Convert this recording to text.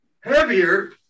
heavier